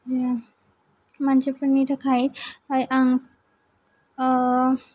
मानसिफोरनि थाखाय आं